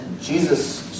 Jesus